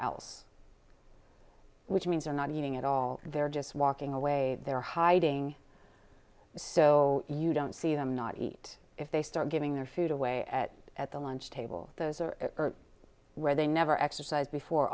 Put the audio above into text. else which means are not eating at all they're just walking away they're hiding so you don't see them not eat if they start giving their food away at at the lunch table those are where they never exercise before